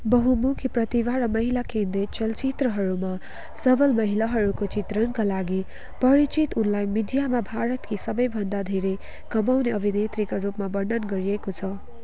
बहुमुखी प्रतिभा र महिला केन्द्रित चलचित्रहरूमा सबल महिलाहरूको चित्रणका लागि परिचित उनलाई मिडियामा भारतकी सबैभन्दा धेरै कमाउने अभिनेत्रीका रूपमा वर्णन गरिएको छ